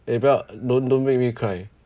eh bro don't don't make me cry